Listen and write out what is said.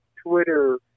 Twitter